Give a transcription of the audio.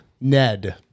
Ned